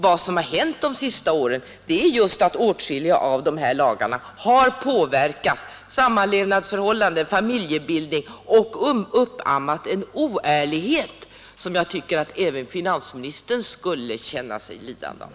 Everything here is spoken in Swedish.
Vad som har hänt under de senaste åren är just att åtskilliga av dessa lagar har påverkat sammanlevnadsförhållandena och familjebildningen och uppammat en oärlighet, som jag tycker att också finansministern skulle känna sig lidande av.